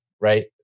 right